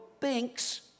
thinks